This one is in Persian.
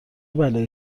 بلایی